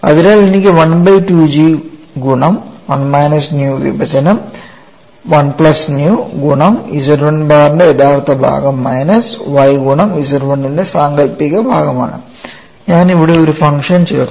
അതിനാൽ എനിക്ക് one by 2 G ഗുണം 1 മൈനസ് ന്യൂ വിഭജനം 1 പ്ലസ് ന്യൂ ഗുണം Z 1 ബാർ ഇൻറെ യഥാർത്ഥ ഭാഗം മൈനസ് y ഗുണം Z 1 സാങ്കൽപ്പിക ഭാഗം ആണ് ഞാൻ ഇവിടെ ഒരു ഫംഗ്ഷൻ ചേർത്തു